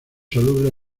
soluble